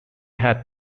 had